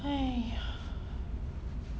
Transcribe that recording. !haiya!